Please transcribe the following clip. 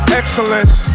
excellence